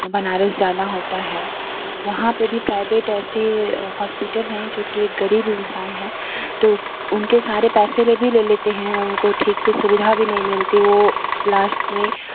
बनारस जाना होता है वहाँ पे भी प्राइवेट ऐसे होस्पिटल हैं जो की एक गरीब इंसान है तो उस उनके सारे पैसे भी ले लेते हैं और उनको ठीक से सुविधा भी नहीं मिलती वो लास्ट में